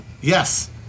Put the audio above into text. yes